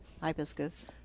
hibiscus